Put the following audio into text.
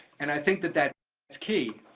and i think that that that's key,